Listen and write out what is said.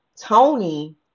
Tony